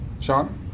sean